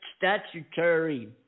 Statutory